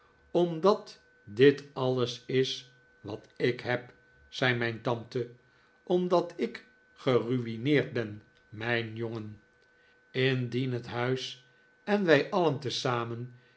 omdat dit alles is wat ik heb zei mijn tante omdat ik geruineerd ben mijn jongen indien het huis en wij alien tezamen